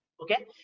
okay